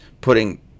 putting